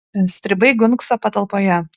stribai gunkso patalpoje